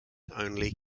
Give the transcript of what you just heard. only